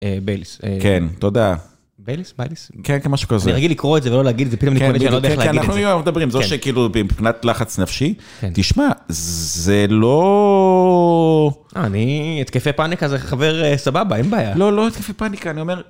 בייליס. כן, תודה. בייליס? ביליס? כן, משהו כזה. אני רגיל לקרוא את זה ולא להגיד את זה, פתאום אני קולט שאני לא יודע איך להגיד את זה. אנחנו מדברים, זאת שכאילו במבחינת לחץ נפשי, תשמע, זה לא... אני, התקפי פאניקה זה חבר סבבה, אין בעיה. לא, לא התקפי פאניקה, אני אומר...